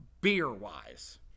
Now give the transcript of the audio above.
beer-wise